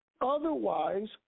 otherwise